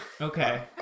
okay